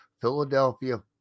Philadelphia